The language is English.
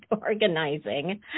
organizing